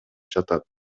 жатат